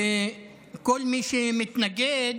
וכל מי שמתנגד,